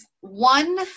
one